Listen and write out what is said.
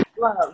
love